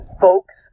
folks